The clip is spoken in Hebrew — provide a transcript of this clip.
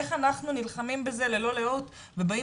איך אנחנו נלחמים בזה ללא לאות ובאים